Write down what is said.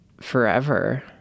forever